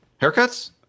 Haircuts